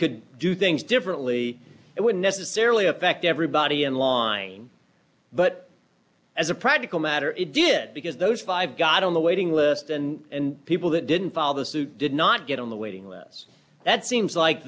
could do things differently it would necessarily affect everybody in line but as a practical matter it did because those five got on the waiting list and people that didn't file the suit did not get on the waiting list that seems like